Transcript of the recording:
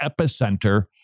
epicenter